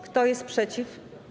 Kto jest przeciw?